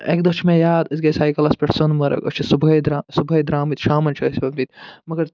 اَکہِ دۄہ چھِ مےٚ یاد أسۍ گٔے سایکلس پٮ۪ٹھ سۄنہٕ مرٕگ أسۍ چھِ صُبحٲے درٛا صُبحٲے درٛامِتۍ شامن چھِ أسۍ مگر